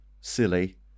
silly